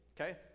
Okay